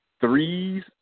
threes